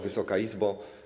Wysoka Izbo!